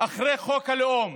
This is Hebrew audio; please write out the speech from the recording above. אחרי חוק הלאום